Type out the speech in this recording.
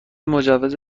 مجوز